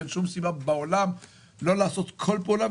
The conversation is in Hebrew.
אין שום סיבה בעולם לא לעשות כל פעולה.